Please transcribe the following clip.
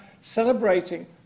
celebrating